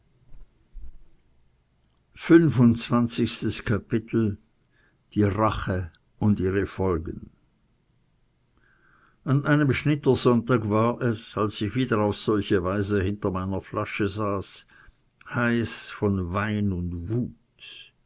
die rache und ihre folgen an einem schnittersonntag war es als ich wieder auf solche weise hinter meiner flasche saß heiß von wein und wut